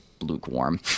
lukewarm